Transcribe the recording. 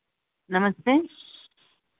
नमस्ते